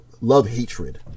love-hatred